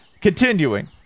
Continuing